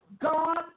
God